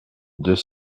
deux